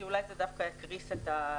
כי אולי זה דווקא יגרום לקריסת הלווה.